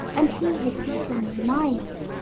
and he had eaten the mice.